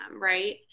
right